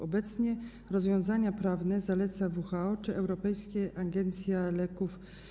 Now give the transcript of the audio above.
Obecnie rozwiązania prawne zaleca WHO czy Europejska Agencja Leków.